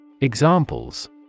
Examples